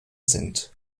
sind